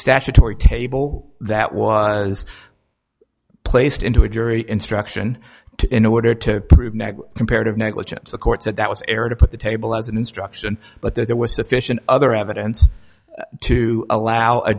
statutory table that was placed into a jury instruction to in order to prove negs comparative negligence the court said that was error to put the table as an instruction but there was sufficient other evidence to allow a